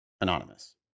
Anonymous